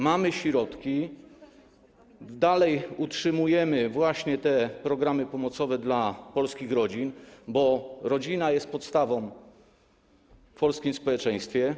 Mamy środki, dalej utrzymujemy te programy pomocowe dla polskich rodzin, bo rodzina jest podstawą w polskim społeczeństwie.